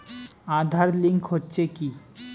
Aadhaar link হচ্ছে কি?